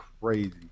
crazy